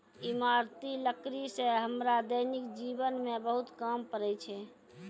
इमारती लकड़ी सें हमरा दैनिक जीवन म बहुत काम पड़ै छै